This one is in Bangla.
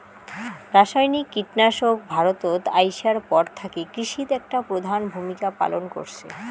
রাসায়নিক কীটনাশক ভারতত আইসার পর থাকি কৃষিত একটা প্রধান ভূমিকা পালন করসে